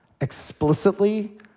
explicitly